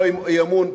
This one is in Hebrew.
לא אי-אמון,